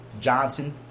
Johnson